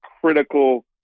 critical